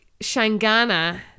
Shangana